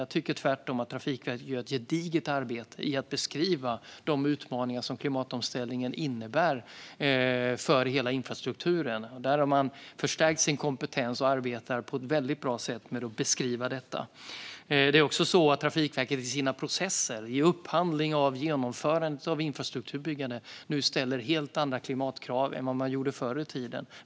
Jag tycker tvärtom att Trafikverket gör ett gediget arbete i att beskriva de utmaningar som klimatomställningen innebär för hela infrastrukturen. Där har man förstärkt sin kompetens, och man arbetar på ett väldigt bra sätt med att beskriva detta. Det är också så att Trafikverket i sina processer, i upphandlingen av genomförandet av infrastrukturbyggandet, nu ställer helt andra klimatkrav än man gjorde förr i tiden.